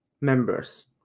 members